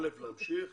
ראשית, להמשיך.